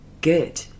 good